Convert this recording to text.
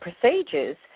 procedures